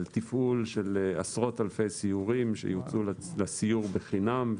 תפעול של עשרות אלפי סיורים שיוצעו לסיור בחינם,